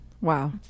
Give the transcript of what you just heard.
Wow